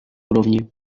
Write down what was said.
úrovni